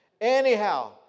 Anyhow